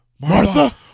Martha